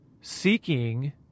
seeking